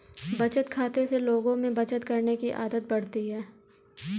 बचत खाते से लोगों में बचत करने की आदत बढ़ती है